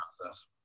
process